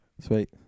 Sweet